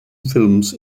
films